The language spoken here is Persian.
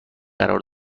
قرار